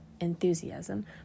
enthusiasm